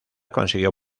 consiguió